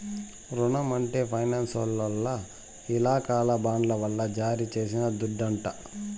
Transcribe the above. రునం అంటే ఫైనాన్సోల్ల ఇలాకాల బాండ్ల వల్ల జారీ చేసిన దుడ్డంట